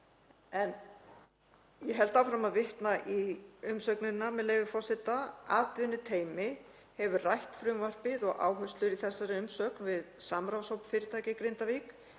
En ég held áfram að vitna í umsögnina, með leyfi forseta: „Atvinnuteymi hefur rætt frumvarpið og áherslur í þessari umsögn við samráðshóp fyrirtækja í Grindavík.